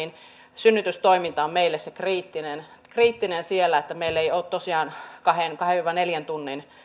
synnytystoiminta on meille se kriittinen kriittinen siellä että meillä ei ole tosiaan kahden kahden viiva neljän tunnin